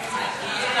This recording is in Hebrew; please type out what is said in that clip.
התשע"ו 2016,